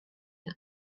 end